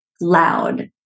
loud